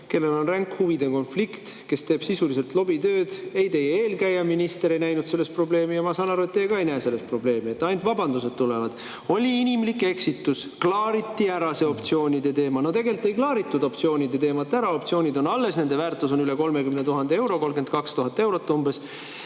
kellel on ränk huvide konflikt, kes teeb sisuliselt lobitööd. Teie eelkäijast minister ei näinud selles probleemi ja ma saan aru, et teie ka ei näe selles probleemi. Ainult vabandused tulevad: oli inimlik eksitus, klaariti ära see optsioonide teema. No tegelikult ei klaaritud optsioonide teemat ära, optsioonid on alles, nende väärtus on üle 30 000 euro, 32 000 eurot umbes.